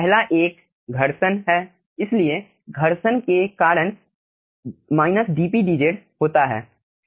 पहला एक घर्षण है इसलिए घर्षण के कारण dpdz होता है